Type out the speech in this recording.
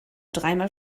dreimal